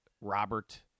Robert